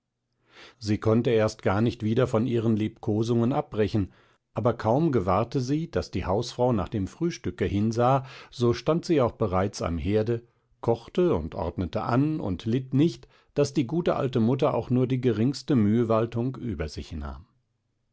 sie konnte erst gar nicht wieder von ihren liebkosungen abbrechen aber kaum gewahrte sie daß die hausfrau nach dem frühstücke hinsah so stand sie auch bereits am herde kochte und ordnete an und litt nicht daß die gute alte mutter auch nur die geringste mühwaltung über sich nahm